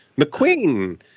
McQueen